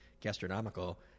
gastronomical